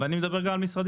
ואני מדבר גם על משרדים.